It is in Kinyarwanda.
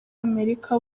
amerika